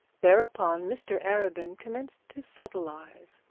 thereupon mr arabin commenced to subtilise.